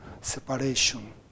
separation